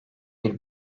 bir